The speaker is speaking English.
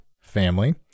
family